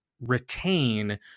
retain